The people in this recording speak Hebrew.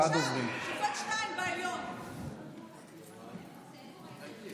חבר הכנסת זאב אלקין, אינו נוכח.